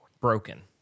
broken